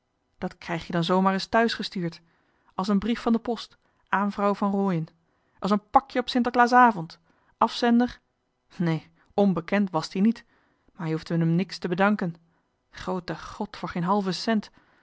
dat krijg je dan zoomaar es thuisgestuurd as een brief van de post aan vrouw van rooien as een pakjen op sinterklaasavond afzender nee onbekend was t ie niet maar je hoefde n'em niks te bedanken groote got voor geen halve cent